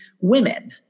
women